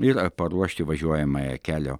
ir paruošti važiuojamąją kelio